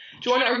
Join